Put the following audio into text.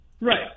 Right